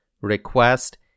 request